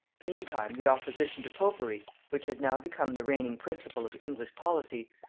meantime the opposition to popery, which had now become the reigning principle of english policy,